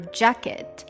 jacket